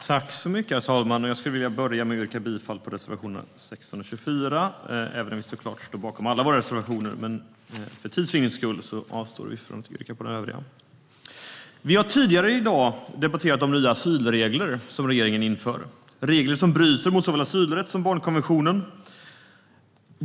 Herr talman! Jag vill börja med att yrka bifall till reservationerna 16 och 24, även om jag såklart står bakom alla våra reservationer. Men för tids vinnande avstår jag från att yrka bifall till dem. Vi har tidigare i dag debatterat om nya asylregler som regeringen vill införa, regler som bryter mot såväl asylrätten som barnkonventionen.